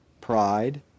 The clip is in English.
pride